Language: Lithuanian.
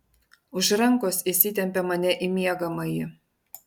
už rankos įsitempė mane į miegamąjį